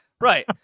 Right